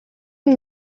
amb